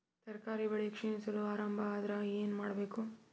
ತರಕಾರಿ ಬೆಳಿ ಕ್ಷೀಣಿಸಲು ಆರಂಭ ಆದ್ರ ಏನ ಮಾಡಬೇಕು?